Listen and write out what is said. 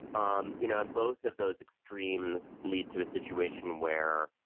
um you know in both of those extreme lead to a situation where